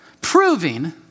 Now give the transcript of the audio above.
proving